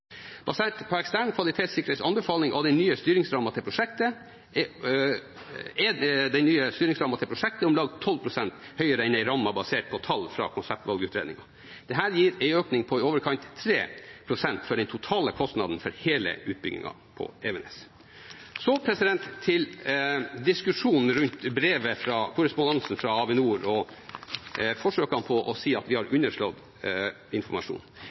Basert på ekstern kvalitetssikrers anbefaling er den nye styringsrammen til prosjektet om lag 12 pst. høyere enn en ramme basert på tall fra konseptvalgutredningen. Dette gir en økning på i overkant av 3 pst. for den totale kostnaden for hele utbyggingen på Evenes. Så til diskusjonen rundt korrespondansen fra Avinor og forsøkene på å si at vi har underslått informasjon.